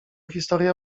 historia